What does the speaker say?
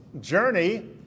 journey